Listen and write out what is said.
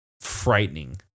Frightening